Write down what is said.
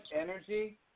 energy